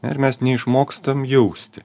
ir mes neišmokstam jausti